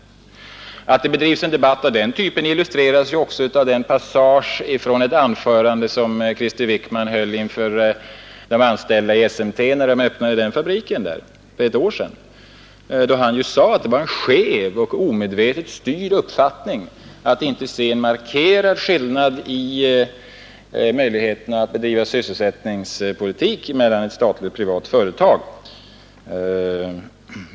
Att det bedrivs en debatt av denna typ illustreras också av en passus i det anförande som Krister Wickman höll inför de anställda i SMT, när han öppnade den fabriken för ett år sedan. Han sade att det var en skev och omedvetet styrd uppfattning att inte se en markerad skillnad mellan ett statligt och ett privat företag när det gäller möjligheterna att bedriva sysselsättningspolitik.